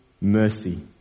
mercy